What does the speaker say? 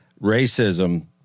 racism